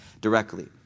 directly